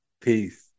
peace